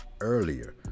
earlier